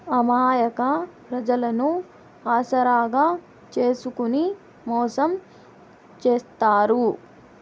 అమాయక ప్రజలను ఆసరాగా చేసుకుని మోసం చేత్తారు